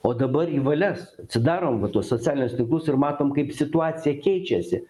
o dabar į valias atsidarom va tuos socialinius tinklus ir matom kaip situacija keičiasi